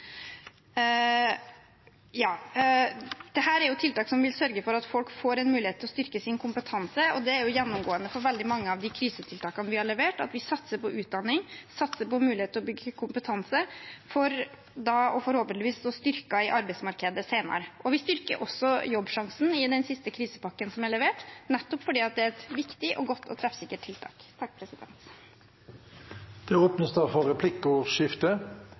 er tiltak som vil sørge for at folk får en mulighet til å styrke sin kompetanse, og det er gjennomgående for veldig mange av de krisetiltakene vi har levert, at vi satser på utdanning, vi satser på mulighet for å bygge kompetanse slik at man forhåpentligvis står styrket i arbeidsmarkedet senere. Vi styrker også Jobbsjansen i den siste krisepakken som er levert, nettopp fordi det er et viktig, godt og treffsikkert tiltak.